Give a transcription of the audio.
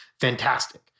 Fantastic